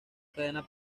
cadena